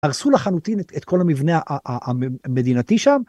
הרסו לחלוטין את כל המבנה המדינתי שם.